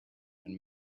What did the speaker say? and